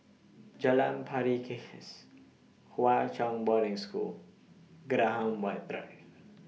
Jalan Pari Kikis Hwa Chong Boarding School Graham White Drive